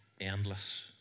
Endless